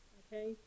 okay